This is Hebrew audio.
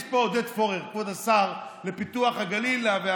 יש פה את עודד פורר, כבוד השר לפיתוח הגליל והנגב.